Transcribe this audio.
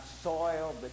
soil